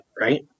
right